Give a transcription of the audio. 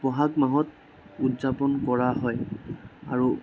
বহাগ মাহত উদযাপন কৰা হয় আৰু